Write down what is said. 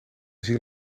ziel